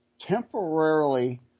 temporarily